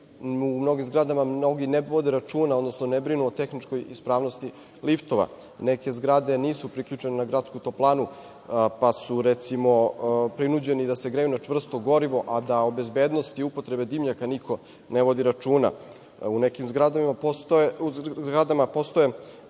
u mnogim zgradama mnogi ne vode računa ne brinu o tehničkoj ispravnosti liftova. Neke zgrade nisu priključene na gradsku toplanu, pa su recimo prinuđeni da se greju na čvrsto gorivo, a da o bezbednosti i upotrebe dimnjaka niko ne vodi računa. U nekim zgradama postoje